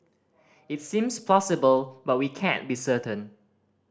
it seems plausible but we can't be certain